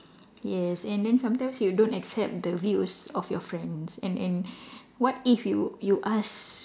yes and then sometimes you don't accept the views of your friends and and what if you you ask